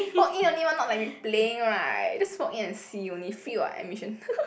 walk in only what not like we playing right just walk in and see only free what admission